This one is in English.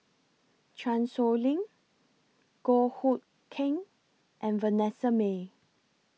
Chan Sow Lin Goh Hood Keng and Vanessa Mae